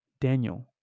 Daniel